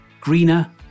greener